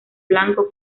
blanco